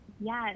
yes